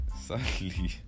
sadly